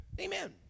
Amen